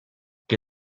que